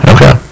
Okay